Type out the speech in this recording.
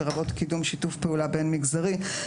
לרבות קידום שיתוף פעולה בין מגזרי,